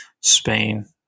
Spain